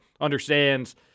understands